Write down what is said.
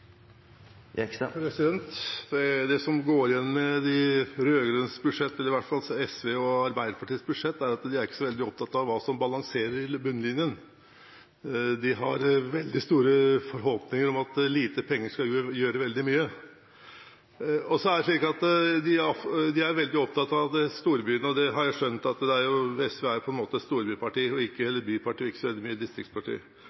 Det som går igjen i de rød-grønnes alternative budsjetter, i hvert fall SVs og Arbeiderpartiets budsjett, er at de ikke er så veldig opptatt av hva som balanserer bunnlinjen. De har veldig store forhåpninger om at lite penger skal gjøre veldig mye. De er veldig opptatt av storbyene. Jeg har skjønt at SV er et byparti og ikke så mye et distriktsparti. Når det gjelder tilskudd til kollektivtransport, har jeg lyst til å nevne at i årene 2009, 2010, 2011 og